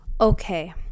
Okay